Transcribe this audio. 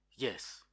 Yes